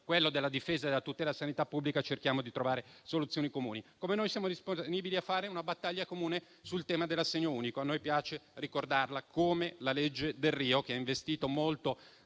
quello della difesa e della tutela della sanità pubblica, cerchiamo di trovare soluzioni comuni. Ugualmente, siamo disponibili a fare una battaglia comune sul tema dell'assegno unico. A noi piace ricordarla come la legge Delrio, che ha investito molto